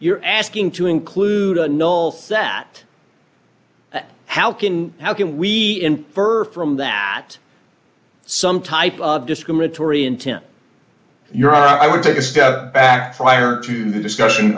you're asking to include a null set how can how can we infer from that some type of discriminatory intent your i would take a step back prior to the discussion